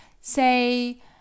say